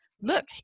look